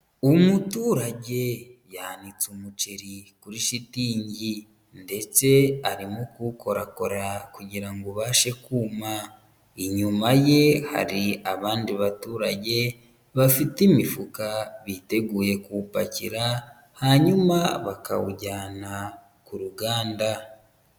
Umuturage yanitse umuceri kuri shitingi ndetse arimo kuwukorakora kugira ngo ubashe kuma. Inyuma ye hari abandi baturage bafite imifuka biteguye kuwupakira, hanyuma bakawujyana ku ruganda.